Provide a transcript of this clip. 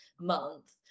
month